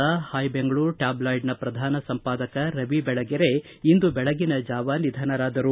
ಹಿರಿಯ ಪತ್ರಕರ್ತ ಪಾಯ್ ಬೆಂಗಳೂರು ಟ್ಯಾಬ್ಲಾಯ್ಡ್ ಪ್ರಧಾನ ಸಂಪಾದಕ ರವಿ ಬೆಳಗೆರೆ ಇಂದು ಬೆಳಗಿನ ಜಾವ ನಿಧನರಾದರು